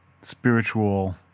spiritual